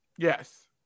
Yes